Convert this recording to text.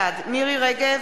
בעד מירי רגב,